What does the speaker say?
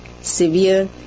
severe